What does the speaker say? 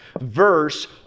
verse